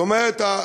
זאת אומרת,